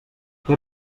què